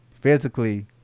physically